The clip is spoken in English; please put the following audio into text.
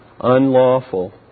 unlawful